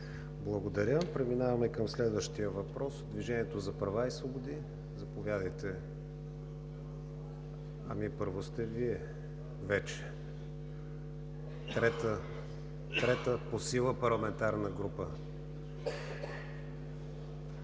Благодаря. Преминаваме към следващия въпрос. „Движение за права и свободи“ – заповядайте. Първо сте Вие, вече трета по сила парламентарна група.